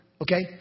Okay